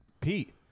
Pete